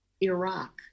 Iraq